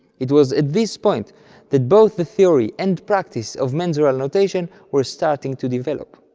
it was at this point that both the theory and practice of mensural notation were starting to develop.